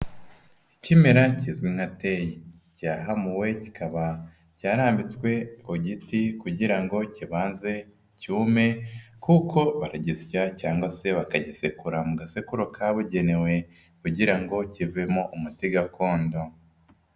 Ikimera kizwi nka teyi gihahamuwe kikaba cyarambitswe ku giti kugira ngo kibanze cyume, kuko baragisya cyangwa se bakagisekura mu gasekuru kabugenewe, kugira ngo kivemo umuti gakondo.